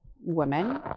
women